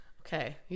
Okay